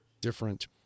different